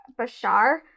Bashar